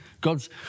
God's